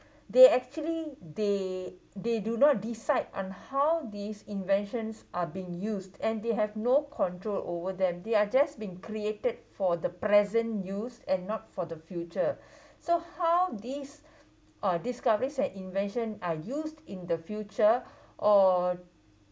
they actually they they do not decide on how these inventions are being used and they have no control over them they are just being created for the present use and not for the future so how these uh discoveries and invention are used in the future or